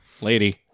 Lady